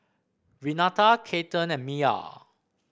Renata Cathern and Miya